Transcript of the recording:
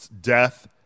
death